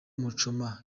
muchoma